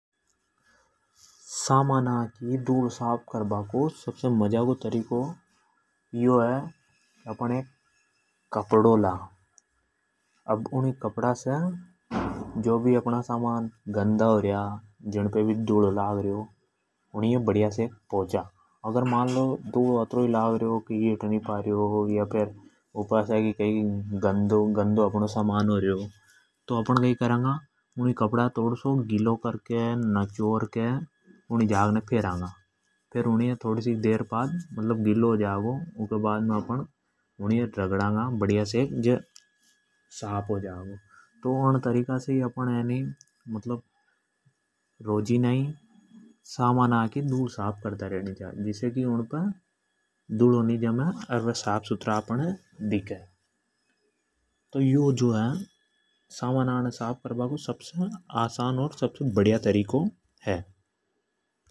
सामाना की धूल साफ करबा को सबसे मजाको तरीको है नी यो है की अपण एक कपडो ला। जो भी समान गंदा होरया उने कपड़ा से पोछा। अगर धुलो अतरो लाग रियो की हठ नी रयो। तो अपण कई करंगा की उनी जगह थोड़ा सोख कपडो गिलो करके उन्नी है नचोर के फिरंगा। फेर् रगडा गा बड़िया सेक। जे साफ हो जागो। तो अन् तरीका से अपण है नी रोजीना ही सामना की धूल साफ कर्ता ही रेणी छा। जिसे की उनपे धूल नी जमे अर वे साफ सुथरा दिखे। तो यो जो है सामना ने साफ करबा को सबसे आसान और सबसे बड़िया तरीको है।